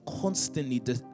constantly